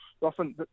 Often